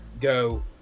go